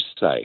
say